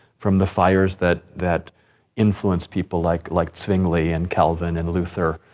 from the fires that, that influenced people like like zwingli and calvin and luther,